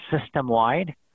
system-wide